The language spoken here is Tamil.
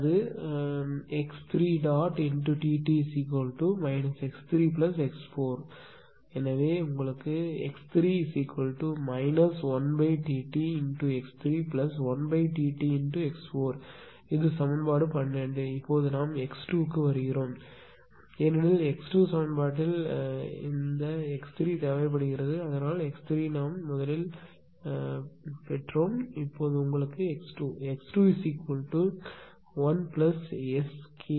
அதனால் தான் x3x3Ttx4 அதாவது x3Tt x3x4 அதாவது உங்கள் x3 1Ttx31Ttx4 இது சமன்பாடு 14 இப்போது நாம் x2 க்கு வருவோம் ஏனெனில் ̇ சமன்பாட்டில் இது தேவைப்படுகிறது அதனால்தான் முதல் பெறப்படுகிறது